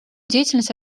деятельность